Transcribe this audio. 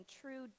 true